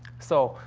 so,